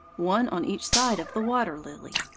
one on each side of the water-lily.